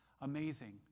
amazing